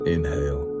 Inhale